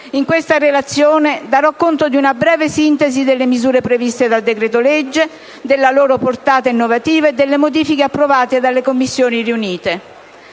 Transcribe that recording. In questa relazione darò conto di una breve sintesi delle misure previste dal decreto-legge e della loro portata innovativa e delle modifiche approvate dalle Commissioni riunite.